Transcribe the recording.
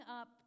up